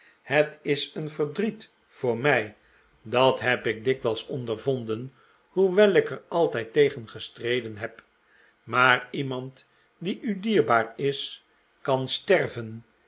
het is een verdriet voor mij dat heb ik dikwijls ondervonden hoewel ik er altijd tegen gestreden heb maar iemand die u dierbaar is kan sterven